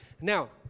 Now